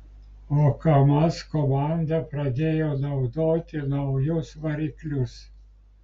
o kamaz komanda pradėjo naudoti naujus variklius